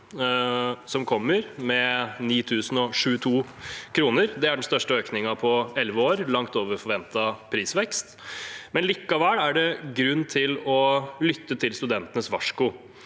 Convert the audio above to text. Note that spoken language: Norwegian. som kommer, med 9 022 kr. Det er den største økningen på elleve år og langt over forventet prisvekst. Likevel er det grunn til å lytte til studentenes varsko.